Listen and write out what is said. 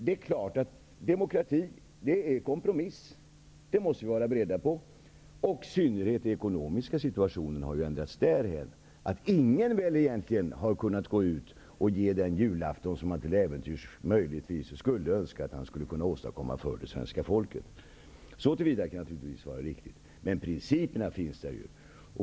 Det är klart, demokrati är kompromiss. Det måste vi vara beredda på. I synnerhet den ekonomiska situationen har ändrats därhän, att ingen egentligen har kunnat gå ut och ge den julafton som man till äventyrs skulle önska att man kunde åstadkomma till det svenska folket. Så till vida kan det naturligtvis vara riktigt. Men principerna finns där ju.